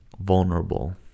vulnerable